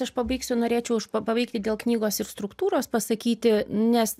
aš pabaigsiu norėčiau užpa paveikti dėl knygos ir struktūros pasakyti nes